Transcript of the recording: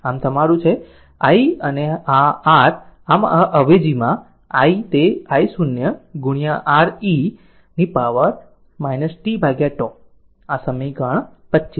આમ આ તમારું છે i અને આ R આમ અવેજી છે i અહીં તેI0 R e પાવર t τ આ સમીકરણ 25 છે